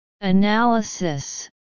Analysis